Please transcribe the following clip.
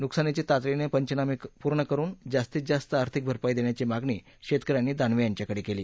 नुकसानीचे तातडीने पंचनामे पूर्ण करून जास्तीत जास्त आर्थिक भरपाई देण्याची मागणी शेतकऱ्यांनी दानवे यांच्याकडे केली